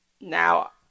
Now